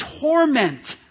torment